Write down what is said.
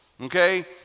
okay